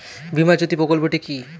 বীমা জ্যোতি প্রকল্পটি কি?